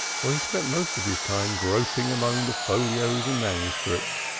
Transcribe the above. for he spent most of his time groping among the folios and manuscripts,